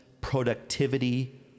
productivity